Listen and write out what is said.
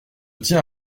tiens